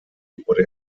wurde